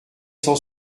cent